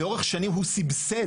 לאורך שנים הוא סבסד,